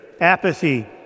apathy